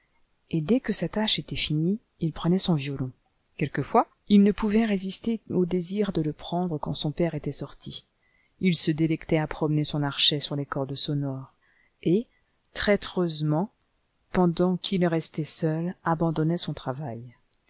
et dès que sa tâche était finie il prenait son violon quelquefois il ne pouvait résister au désir de le prendre quand son père était sorti il se délectait à promener son archet sur les cordes sonores et traîtreusement pendant qu'il restait seul abandonnait son travail